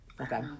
Okay